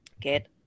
get